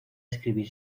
escribir